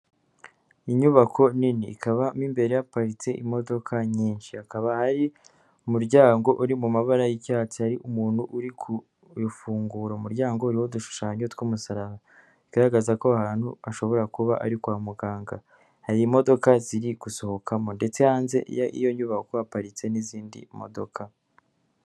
Inyubako nini ikabamo imbere haparitse imodoka nyinshi, hakaba hari umuryango uri mu mabara y'icyatsi, hari umuntu uri kuwufungura, umuryango uri n'udushushanyo tw'umusaraba bigaragaza ko aho ahantu hashobora kuba ari kwa muganga hari imodoka ziri gusohokamo ndetse hanze y'iyo nyubako haparitse n'izindi modoka.